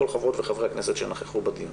כל חברות וחברי הכנסת שנכחו בדיון.